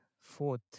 fourth